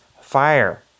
fire